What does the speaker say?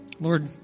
Lord